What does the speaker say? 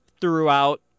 throughout